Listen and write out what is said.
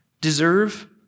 deserve